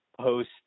post –